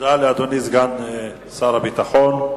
תודה לאדוני סגן שר הביטחון.